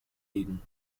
ligen